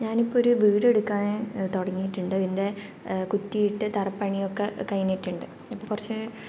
ഞാനിപ്പോഴൊരു വീട് എടുക്കാൻ തുടങ്ങിയിട്ടുണ്ട് അതിൻ്റെ കുറ്റിയിട്ട് തറപ്പണിയൊക്കെ കഴിഞ്ഞിട്ടുണ്ട് ഇപ്പോൾ കുറച്ച്